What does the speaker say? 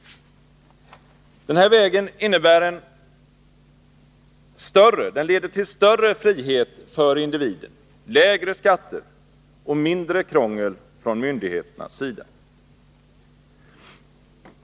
Den här vägen leder till större frihet för individen, lägre skatter och mindre krångel från myndigheternas sida.